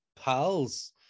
pals